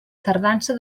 tardança